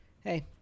hey